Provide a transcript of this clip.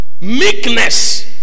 Meekness